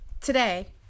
today